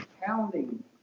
pounding